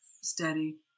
steady